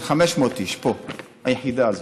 פה, היחידה הזאת.